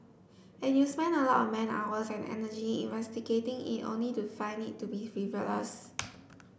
and you spend a lot of man hours and energy investigating it only to find it to be frivolous